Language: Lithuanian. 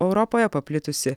europoje paplitusi